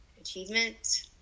achievement